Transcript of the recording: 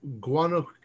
guano